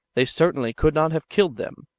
they certainly could not have killed them,